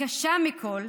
הקשה מכול,